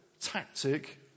tactic